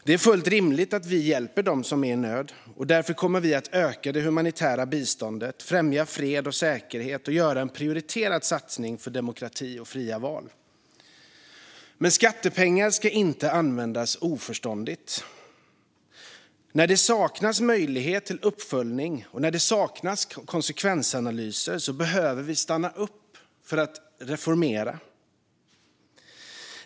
Det är fullt rimligt att vi hjälper dem som är i nöd, och därför kommer vi att öka det humanitära biståndet, främja fred och säkerhet och göra en prioriterad satsning på demokrati och fria val. Men skattepengar ska inte används oförståndigt. När det saknas möjlighet till uppföljning och när det saknas konsekvensanalyser behöver vi stanna upp för att reformera.